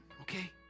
okay